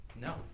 No